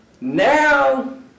Now